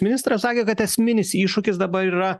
ministras sakė kad esminis iššūkis dabar yra